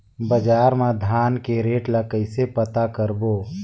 बजार मा धान के रेट ला कइसे पता करबो?